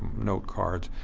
notecards.